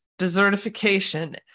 desertification